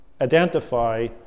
identify